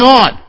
on